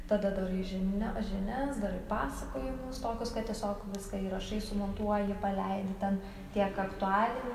tada darai žinia žinias darai pasakojimus tokius kad tiesiog viską įrašai sumontuoji paleidi ten tiek aktualijų